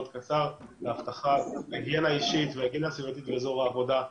קצר להבטחת היגיינה אישית והיגיינה סביבתית באזור העבודה,